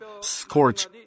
scorch